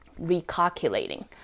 recalculating